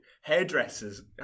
hairdressers